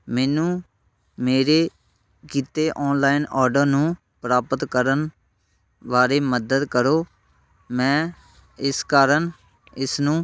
ਮੈਨੂੰ ਮੇਰੇ ਕੀਤੇ ਔਨਲਾਈਨ ਔਡਰ ਨੂੰ ਪ੍ਰਾਪਤ ਕਰਨ ਬਾਰੇ ਮਦਦ ਕਰੋ ਮੈਂ ਇਸ ਕਾਰਨ ਇਸਨੂੰ